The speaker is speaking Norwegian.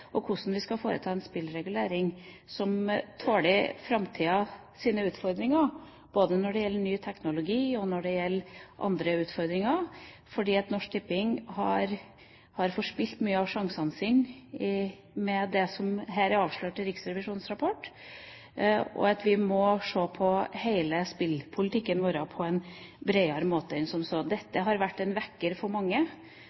på hvordan vi skal lage eierstrukturer her, og hvordan vi skal foreta en spillregulering som tåler framtidas utfordringer når det gjelder ny teknologi, og når det gjelder andre utfordringer, for Norsk Tipping har forspilt mange av sjansene sine i og med det som her er avslørt i Riksrevisjonens rapport. Vi må se på hele spillpolitikken vår på en breiere måte enn som så.